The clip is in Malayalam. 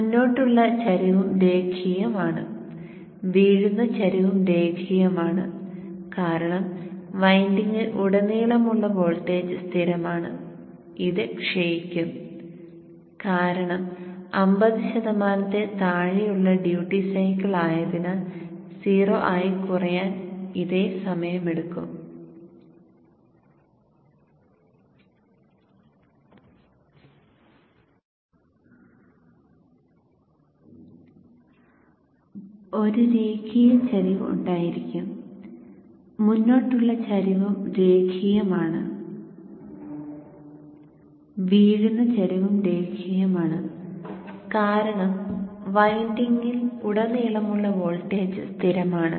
മുന്നോട്ടുള്ള ചരിവും രേഖീയമാണ് വീഴുന്ന ചരിവും രേഖീയമാണ് കാരണം വൈൻഡിംഗിൽ ഉടനീളമുള്ള വോൾട്ടേജ് സ്ഥിരമാണ്